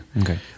Okay